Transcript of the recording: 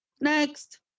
next